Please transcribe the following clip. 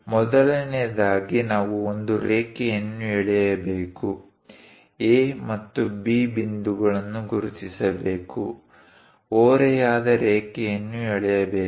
ಮೊದಲನೆಯದಾಗಿ ನಾವು ಒಂದು ರೇಖೆಯನ್ನು ಎಳೆಯಬೇಕು A ಮತ್ತು B ಬಿಂದುಗಳನ್ನು ಗುರುತಿಸಬೇಕು ಓರೆಯಾದ ರೇಖೆಯನ್ನು ಎಳೆಯಬೇಕು